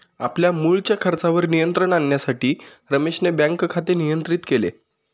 आपल्या मुळच्या खर्चावर नियंत्रण आणण्यासाठी रमेशने बँक खाते नियंत्रित केले